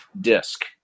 disc